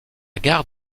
gare